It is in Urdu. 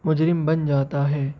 مجرم بن جاتا ہے